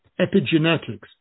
Epigenetics